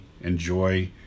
enjoy